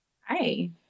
Hi